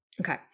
Okay